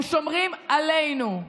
הם שומרים עלינו.